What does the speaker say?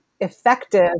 effective